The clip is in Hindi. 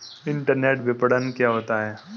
इंटरनेट विपणन क्या होता है?